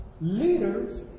leaders